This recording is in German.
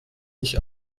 nicht